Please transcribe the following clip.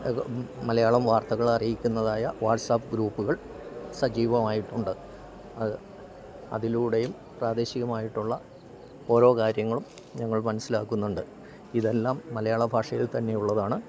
മലയാളം വാർത്തകളറിയിക്കുന്നതായ വാട്സാപ്പ് ഗ്രൂപ്പുകൾ സജീവമായിട്ടുണ്ട് അത് അതിലൂടെയും പ്രാദേശികമായിട്ടുള്ള ഓരോ കാര്യങ്ങളും ഞങ്ങൾ മനസ്സിലാക്കുന്നുണ്ട് ഇതെല്ലാം മലയാള ഭാഷയിൽ തന്നെയുള്ളതാണ്